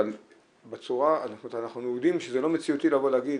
אבל אנחנו יודעים שזה לא מציאותי לבוא ולהגיד,